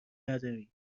نداری